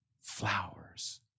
flowers